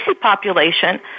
population